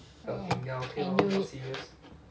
I knew it